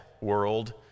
world